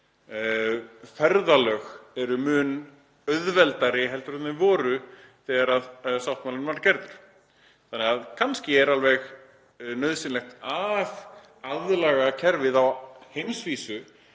Ferðalög eru mun auðveldari en þau voru þegar sáttmálinn var gerður þannig að kannski er nauðsynlegt að aðlaga kerfið á heimsvísu